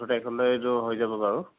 সোতৰ তাৰিখলৈ এইটো হৈ যাব বাৰু